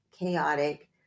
chaotic